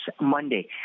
Monday